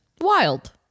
wild